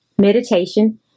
meditation